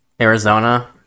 Arizona